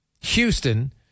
Houston